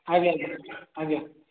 ଆଜ୍ଞା ଆଜ୍ଞା ଆଜ୍ଞା